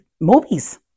movies